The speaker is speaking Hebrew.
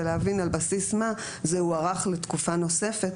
ולהבין על בסיס מה זה הוארך לתקופה נוספת.